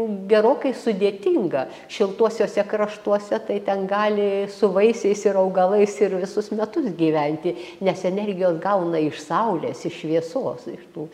gerokai sudėtinga šiltuosiuose kraštuose tai ten gali su vaisiais ir augalais ir visus metus gyventi nes energijos gauna iš saulės iš šviesos iš tų